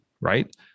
right